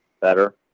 better